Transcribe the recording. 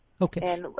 okay